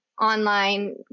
online